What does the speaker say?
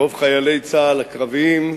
רוב חיילי צה"ל הקרביים,